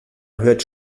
hört